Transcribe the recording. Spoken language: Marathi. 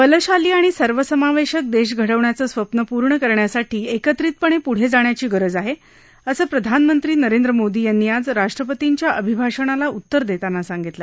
बलशाली आणि सर्वसमावेशक देश घडवण्याचं स्वप्न पूर्ण करण्यासाठी एकत्रितपणे पुढं जाण्याची गरज आहे असं प्रधानमंत्री नरेंद्र मोदी यांनी आज राष्ट्रपतींच्या अभिभाषणाला उत्तर देताना सांगितलं